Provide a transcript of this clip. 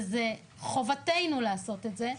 וזו חובתנו לעשות את זה,